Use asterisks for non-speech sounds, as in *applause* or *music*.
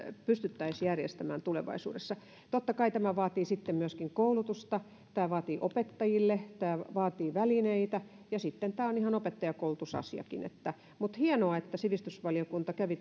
pystyttäisiin järjestämään tulevaisuudessa totta kai tämä vaatii sitten myöskin koulutusta tämä vaatii koulutusta opettajille tämä vaatii välineitä ja sitten tämä on ihan opettajankoulutusasiakin hienoa että sivistysvaliokunta kävi *unintelligible*